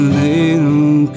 little